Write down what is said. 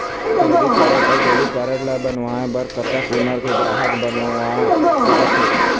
Credit card अऊ debit card ला बनवाए बर कतक उमर के ग्राहक बनवा सका थे?